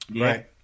Right